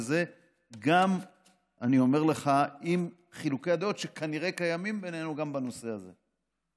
את זה אני אומר לך עם חילוקי הדעות שכנראה קיימים בינינו גם בנושא הזה.